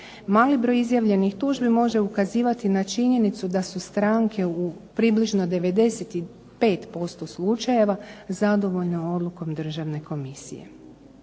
Mali broj izjavljenih tužbi može ukazivati na činjenicu da su stranke u približno 95% slučajeva zadovoljne odlukom Državne komisije.